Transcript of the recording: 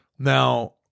Now